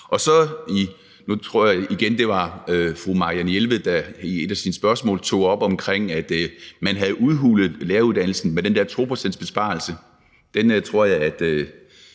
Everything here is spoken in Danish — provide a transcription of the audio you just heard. sigte. Nu tror jeg igen, det var fru Marianne Jelved, der i et af sine spørgsmål tog noget op omkring det med, at man havde udhulet læreruddannelsen med den der 2-procentsbesparelse. Det er der måske